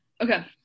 Okay